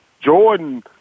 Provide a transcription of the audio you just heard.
Jordan